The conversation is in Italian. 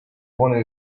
buoni